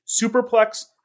superplex